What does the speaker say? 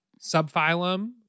Subphylum